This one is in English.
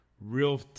real